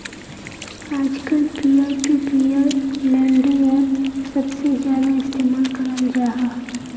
आजकल peer to peer लेंडिंगेर सबसे ज्यादा इस्तेमाल कराल जाहा